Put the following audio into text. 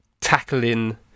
tackling